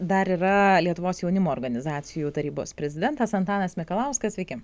dar yra lietuvos jaunimo organizacijų tarybos prezidentas antanas mikalauskas sveiki